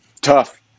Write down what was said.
Tough